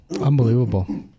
Unbelievable